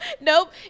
Nope